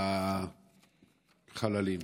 החללים.